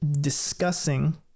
discussing